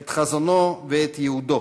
את חזונו ואת ייעודו,